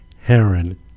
Heron